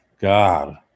God